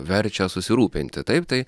verčia susirūpinti taip tai